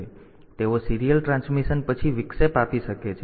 તેથી તેઓ serial transmission પછી વિક્ષેપ આપી શકે છે